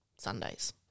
Sundays